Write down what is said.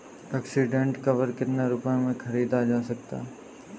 Accident cover कितने रुपए में खरीदा जा सकता है?